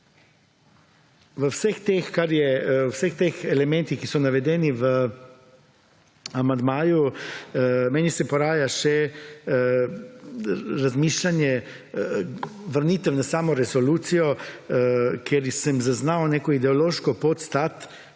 V vseh teh elementih, ki so navedeni v amandmaju meni se poraja še razmišljanje vrnitev na samo resolucijo kjer sem zaznal neko ideološko podstat,